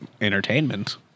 entertainment